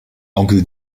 onkel